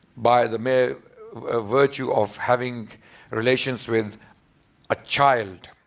by the male ah virtue of having relations with a child.